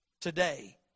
today